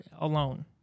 alone